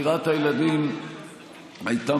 אדוני, תודה.